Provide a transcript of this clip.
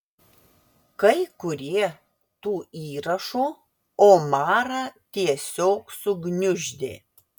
kai kurie tų įrašų omarą tiesiog sugniuždė